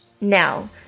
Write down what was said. Now